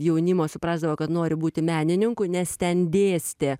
jaunimo suprasdavo kad nori būti menininku nes ten dėstė